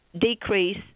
decrease